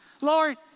Lord